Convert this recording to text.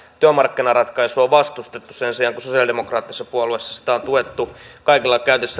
työmarkkinaratkaisua vastustettu kun sen sijaan sosialidemokraattisessa puolueessa sitä on tuettu kaikin